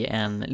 en